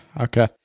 Okay